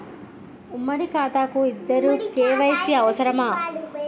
ఉమ్మడి ఖాతా కు ఇద్దరు కే.వై.సీ అవసరమా?